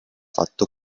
fatto